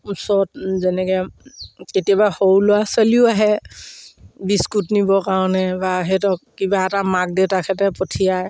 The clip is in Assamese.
ওচৰত যেনেকে কেতিয়াবা সৰু ল'ৰা ছোৱালীও আহে বিস্কুট নিবৰ কাৰণে বা সিহঁতক কিবা এটা মাক দেউতাকহঁতে পঠিয়াই